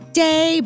day